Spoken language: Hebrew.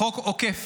לחוק עוקף,